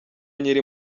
nkiri